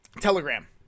Telegram